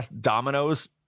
dominoes